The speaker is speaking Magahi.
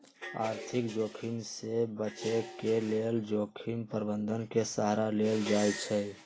आर्थिक जोखिम से बचे के लेल जोखिम प्रबंधन के सहारा लेल जाइ छइ